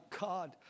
God